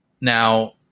Now